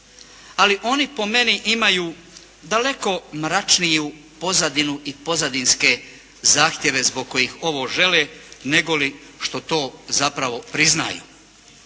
ali oni po meni imaju daleko mračniju pozadinu i pozadinske zahtjeve zbog kojih ovo žele negoli što to zapravo priznaju.